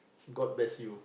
god bless you